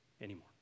anymore